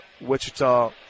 Wichita